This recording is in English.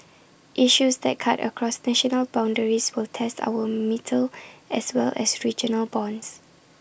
issues that cut across national boundaries will test our mettle as well as regional bonds